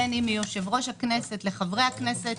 בין אם מיושב-ראש הכנסת לחברי הכנסת,